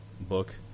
book